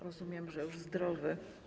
Rozumiem, że już zdrowy.